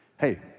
hey